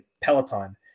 Peloton